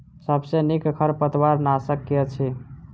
सबसँ नीक खरपतवार नाशक केँ अछि?